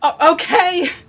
Okay